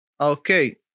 Okay